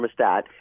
thermostat